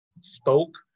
spoke